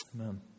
Amen